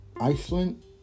Iceland